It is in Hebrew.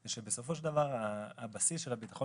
היא שבסופו של דבר הבסיס של הביטחון